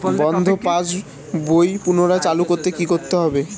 বন্ধ পাশ বই পুনরায় চালু করতে কি করতে হবে?